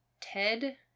Ted